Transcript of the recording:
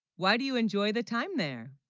why, do you enjoy the time there